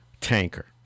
tanker